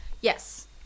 Yes